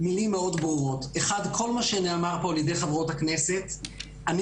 כל מה שנאמר פה על ידי חברות הכנסת - אני